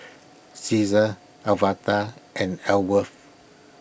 Caesar Alverta and Ellsworth